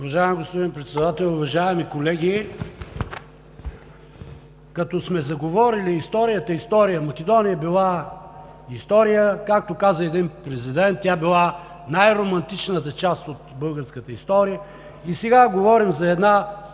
Уважаеми господин Председател, уважаеми колеги! Като сме заговорили: история, та история! Македония била история – както каза един президент, тя била най-романтичната част от българската история, и сега говорим за една